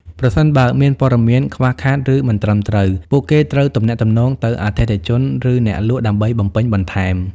ប្រសិនបើមានព័ត៌មានខ្វះខាត ឬមិនត្រឹមត្រូវ ពួកគេត្រូវទំនាក់ទំនងទៅអតិថិជន ឬអ្នកលក់ដើម្បីបំពេញបន្ថែម។